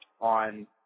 on